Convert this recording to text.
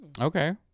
Okay